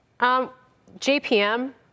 JPM